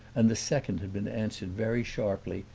and the second had been answered very sharply,